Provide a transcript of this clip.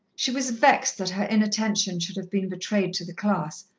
she was vexed that her inattention should have been betrayed to the class,